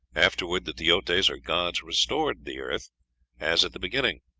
afterward the teotes, or gods, restored the earth as at the beginning.